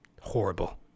Horrible